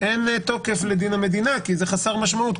אין תוקף לדין המדינה, כי זה חסר משמעות.